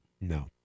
No